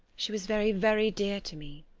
she was very, very dear to me.